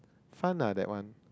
fun ah that one